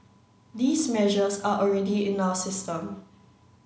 these measures are already in our system